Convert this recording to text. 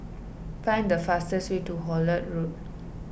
find the fastest way to Hullet Road